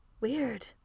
Weird